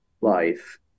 life